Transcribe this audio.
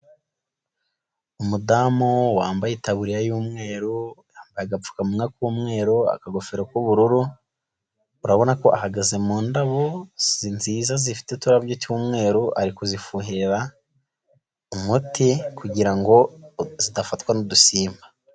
Umudamu wambaye taburiya y'umweru, yambaye agapfukamunwa k'umweru, akagofero k'ubururu, urabona ko ahagaze mu ndabo nziza zifite uturabyo cy'umweru, ari kuzifuhira umuti, kugira ngo zidafatwa n'udusimba.